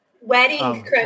Wedding